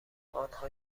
آنها